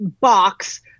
box